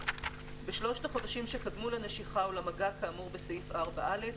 בשלושת החודשים שקדמו לנשיכה או למגע כאמור בסעיף 4א,